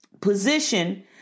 position